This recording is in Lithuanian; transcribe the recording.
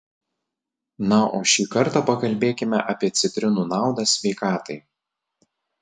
na o šį kartą pakalbėkime apie citrinų naudą sveikatai